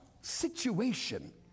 situation